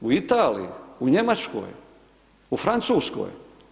U Italiji, u Njemačkoj u Francuskoj?